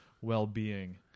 well-being